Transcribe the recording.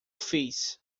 fiz